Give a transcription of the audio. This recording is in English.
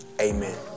Amen